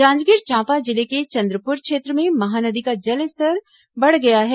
जांजगीर चांपा जिले के चंद्रपुर क्षेत्र में महानदी का जलस्तर बढ़ गया है